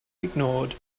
ignored